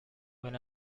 when